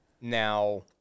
Now